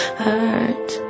Hurt